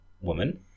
woman